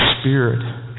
spirit